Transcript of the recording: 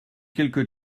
quelque